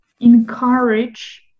encourage